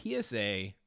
PSA